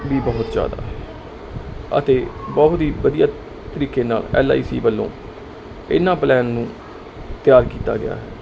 ਵੀ ਬਹੁਤ ਜਿਆਦਾ ਅਤੇ ਬਹੁਤ ਹੀ ਵਧੀਆ ਤਰੀਕੇ ਨਾਲ ਐਲ ਆਈ ਸੀ ਵੱਲੋਂ ਇਹਨਾਂ ਪਲੈਨ ਨੂੰ ਤਿਆਰ ਕੀਤਾ ਗਿਆ ਹੈ